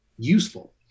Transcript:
useful